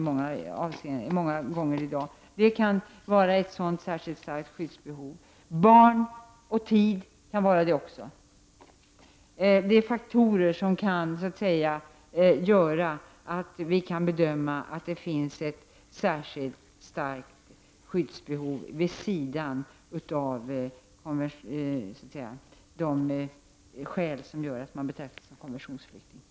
Det kan vara ett särskilt starkt skyddsbehov. Barn och tid är också faktorer som gör att vi kan bedöma att det finns ett särskilt starkt skyddsbehov vid sidan av de skäl som gör att man betraktas som konventionsflykting.